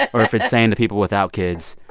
ah or if it's saying to people without kids,